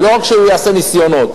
ולא רק יעשה ניסיונות.